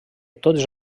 tots